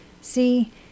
See